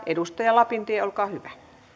edustaja lapintie olkaa hyvä